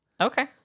Okay